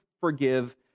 forgive